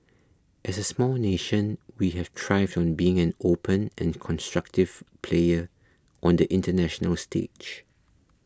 as a small nation we have thrived on being an open and constructive player on the international stage